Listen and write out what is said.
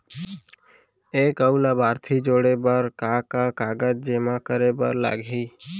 एक अऊ लाभार्थी जोड़े बर का का कागज जेमा करे बर लागही?